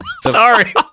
sorry